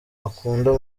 ukunda